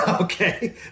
okay